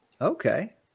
Okay